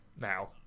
now